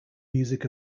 music